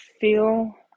feel